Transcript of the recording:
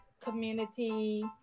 community